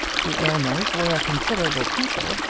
the aylmers were a considerable people,